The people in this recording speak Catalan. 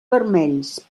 vermells